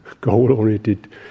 goal-oriented